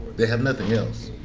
they had nothing else.